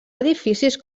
edificis